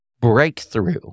breakthrough